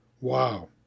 Wow